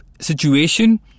situation